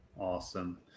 awesome